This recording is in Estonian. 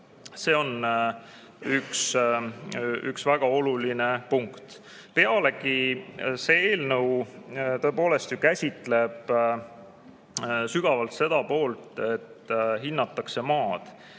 See on üks väga oluline punkt. Pealegi see eelnõu tõepoolest ju käsitleb sügavalt seda poolt, et hinnatakse maad.